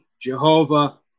Jehovah